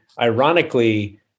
ironically